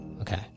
Okay